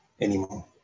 anymore